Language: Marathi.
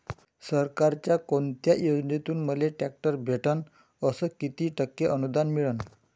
सरकारच्या कोनत्या योजनेतून मले ट्रॅक्टर भेटन अस किती टक्के अनुदान मिळन?